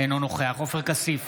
אינו נוכח עופר כסיף,